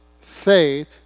faith